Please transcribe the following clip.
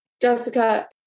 Jessica